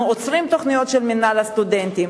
אנחנו עוצרים תוכניות של מינהל הסטודנטים.